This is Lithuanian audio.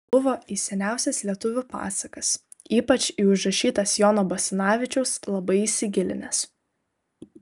buvo į seniausias lietuvių pasakas ypač į užrašytas jono basanavičiaus labai įsigilinęs